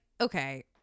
okay